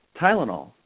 Tylenol